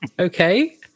okay